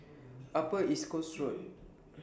Upper East Coast Road